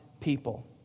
people